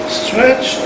stretch